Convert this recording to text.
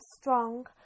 strong